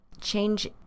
change